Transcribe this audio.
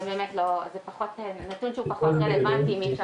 זה נתון שהוא פחות רלוונטי אם אי אפשר